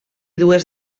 dues